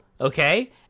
okay